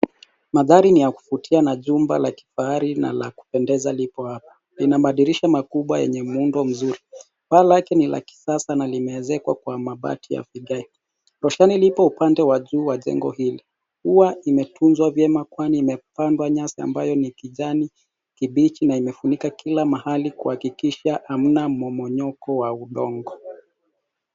Mandhari ni ya kuvutia na jumba la kifahari na la kupendeza lipo hapo. Lina madirisha makubwa yenye muundo mzuri. Paa lake ni la kisasa na limeezekwa kwa mabati ya vigae. Roshani lipo upande wa juu ya jengo hili. Ua imetunzwa vyema kwani imepandwa nyasi ambayo ni kijani kibichi na imefunika kila mahali kuhakikisha hamna mmomonyoko wa udongo.